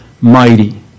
mighty